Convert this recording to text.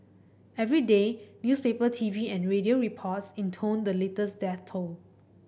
every day newspaper T V and radio reports intoned the latest death toll